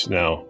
now